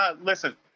listen